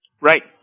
Right